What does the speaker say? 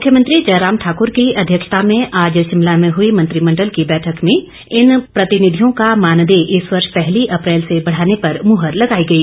मुख्यमंत्री जयराम ठाकर की अध्यक्षता में आज शिमला में हुई मंत्रिमंडल की बैठक में इन प्रतिनिधियों का मानदेय इस वर्ष पहली अप्रैल से बढ़ाने पर मुहर लगाईे गई